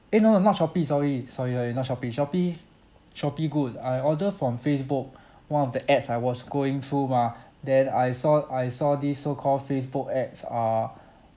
eh no no not Shopee sorry sorry lah no it's not Shopee Shopee good I order from facebook one of the ads I was going through mah then I saw I saw this so called facebook ads err